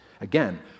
Again